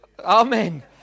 Amen